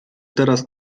teraz